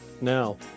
Now